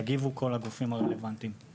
הגופים הרלוונטיים יגיבו.